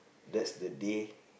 that's the day